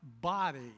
body